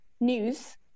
news